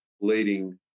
leading